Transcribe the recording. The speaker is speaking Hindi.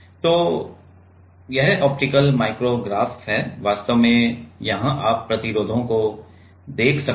तो यह ऑप्टिकल माइक्रो ग्राफ है वास्तव में यहां आप प्रतिरोधों को देख सकते हैं